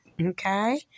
Okay